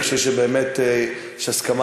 אני חושב שבאמת יש הסכמה,